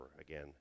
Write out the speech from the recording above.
again